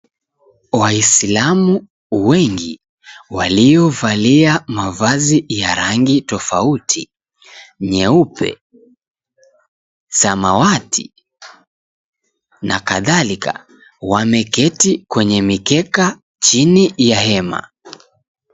Waislamu wengi, waliovalia mavazi ya rangi tofauti nyeupe, samawati na kadhalika, wameketi kwenye mikeka chini ya hema.